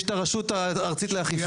יש את הרשות הארצית לאכיפה,